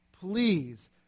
please